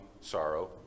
sorrow